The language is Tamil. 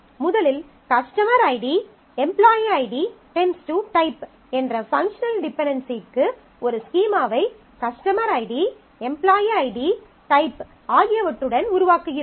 முதலில் customer ID employee ID → type customer ID employee ID Type என்ற பங்க்ஷனல் டிபென்டென்சிக்கு ஒரு ஸ்கீமாவை customer ID employee ID type customer ID employee ID Type ஆகியவற்றுடன் உருவாக்குகிறோம்